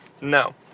No